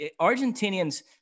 Argentinians